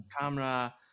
camera